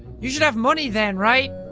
you should have money then, right?